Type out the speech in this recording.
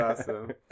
awesome